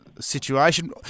situation